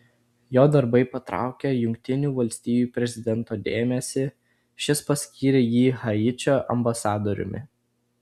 jo darbai patraukė jungtinių valstijų prezidento dėmesį šis paskyrė jį haičio ambasadoriumi